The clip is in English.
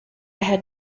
had